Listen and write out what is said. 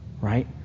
Right